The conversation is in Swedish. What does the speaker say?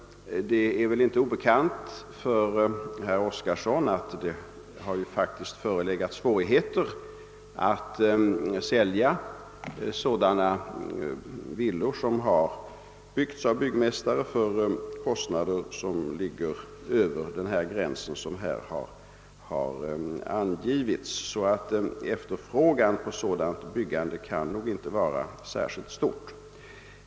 Det är väl inte obekant för herr Oskarson att det faktiskt har förelegat svårigheter för byggmästare att sälja villor som byggts för kostnader som ligger över den gräns som här angetts. Efterfrågan på sådana byggnader kan nog inte vara särskilt stor.